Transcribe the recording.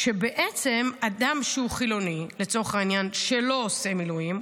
שבעצם אדם שהוא חילוני לצורך העניין שלא עושה מילואים,